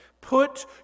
put